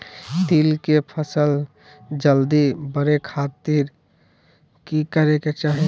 तिल के फसल जल्दी बड़े खातिर की करे के चाही?